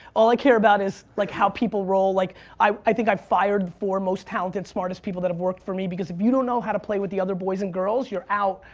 all i care about is like how people roll. like i think i've fired the four most talented, smartest people that have worked for me because if you don't know how to play with the other boys and girls, you're out.